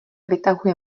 vytahuje